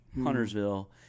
Huntersville